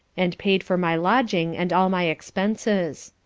and paid for my lodging, and all my expences.